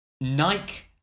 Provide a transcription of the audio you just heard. Nike